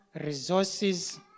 resources